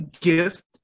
gift